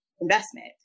investment